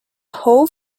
whole